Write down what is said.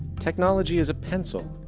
technology is a pencil,